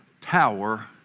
power